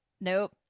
Nope